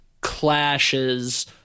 clashes